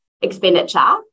expenditure